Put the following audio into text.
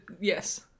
Yes